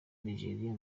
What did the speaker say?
nigeriya